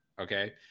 Okay